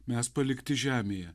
mes palikti žemėje